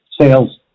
sales